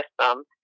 system